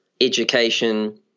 education